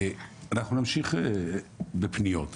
אנחנו נמשיך בפניות,